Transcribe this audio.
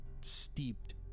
steeped